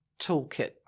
toolkit